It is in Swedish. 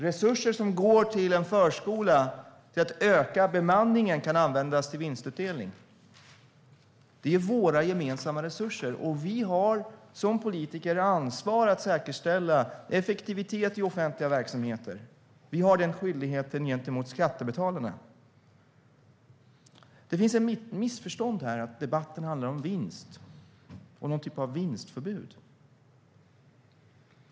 Resurser som går till en förskola för att öka bemanningen kan användas till vinstutdelning. Det är våra gemensamma resurser. Vi har som politiker ansvar för att säkerställa effektivitet i offentliga verksamheter. Vi har den skyldigheten gentemot skattebetalarna. Det finns ett missförstånd här att debatten handlar om vinst och någon typ av vinstförbud.